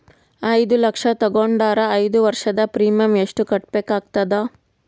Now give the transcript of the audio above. ಐದು ಲಕ್ಷ ತಗೊಂಡರ ಐದು ವರ್ಷದ ಪ್ರೀಮಿಯಂ ಎಷ್ಟು ಕಟ್ಟಬೇಕಾಗತದ?